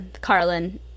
Carlin